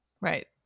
right